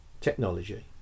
Technology